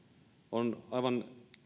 on aivan